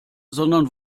sondern